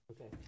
Okay